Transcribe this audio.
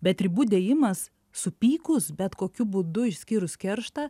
bet ribų dėjimas supykus bet kokiu būdu išskyrus kerštą